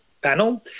panel